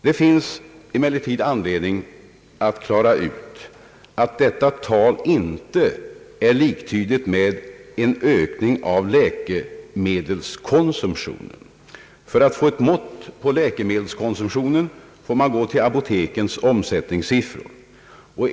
Det finns emellertid anledning att klara ut att detta tal inte är liktydigt med en ökning av läkemedelskonsumtionen. För att få ett mått på denna måste man gå till apotekens omsättningssiffror.